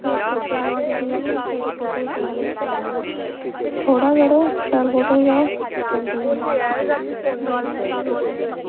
makeup करियै जरूरी नेईं ऐ कि फोटोज शैल शैल गै आवै थोह्ड़ा करो शैल फोटो खचाओ ते चलदे बनो मता मता नेईं सोचना